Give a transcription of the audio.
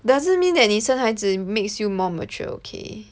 doesn't mean that 你生孩子 makes you more mature okay